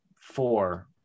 four